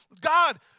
God